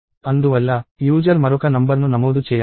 అందువల్ల యూజర్ మరొక నంబర్ను నమోదు చేయాలి